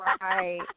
Right